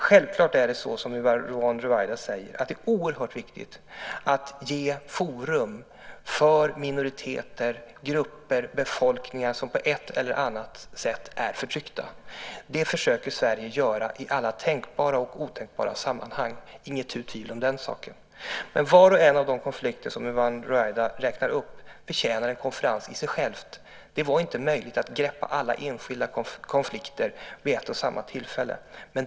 Självklart är det, som Yvonne Ruwaida säger, oerhört viktigt att ge forum för minoriteter, grupper och befolkningar som på ett eller annat sätt är förtryckta. Det försöker Sverige göra i alla tänkbara och otänkbara sammanhang. Det är inget tvivel om den saken. Men var och en av de konflikter som Yvonne Ruwaida räknar upp förtjänar en konferens i sig själv. Det var inte möjligt att greppa alla enskilda konflikter vid ett och samma tillfälle.